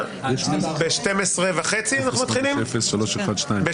בשעה 12:30 אנחנו